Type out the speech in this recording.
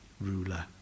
ruler